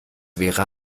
wäre